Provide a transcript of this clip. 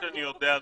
עד כמה שאני יודע,